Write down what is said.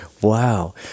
Wow